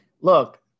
Look